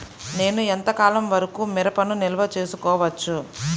నేను ఎంత కాలం వరకు మిరపను నిల్వ చేసుకోవచ్చు?